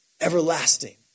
everlasting